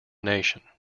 nation